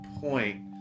point